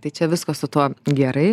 tai čia viskas su tuo gerai